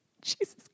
jesus